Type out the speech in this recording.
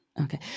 okay